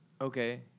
Okay